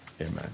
amen